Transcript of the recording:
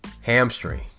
Hamstring